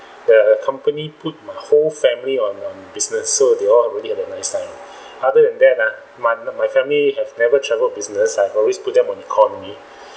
the company put my whole family on on business so they all really have a nice time other than uh my my family has never travelled business I've always put them on economy